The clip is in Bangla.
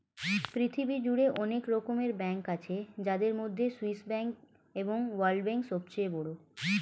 পৃথিবী জুড়ে অনেক রকমের ব্যাঙ্ক আছে যাদের মধ্যে সুইস ব্যাঙ্ক এবং ওয়ার্ল্ড ব্যাঙ্ক সবচেয়ে বড়